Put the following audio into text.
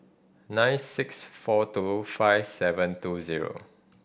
nine six four two five seven two zero